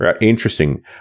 interesting